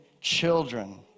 children